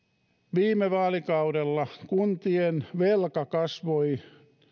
viime vaalikaudella kuntien velka kasvoi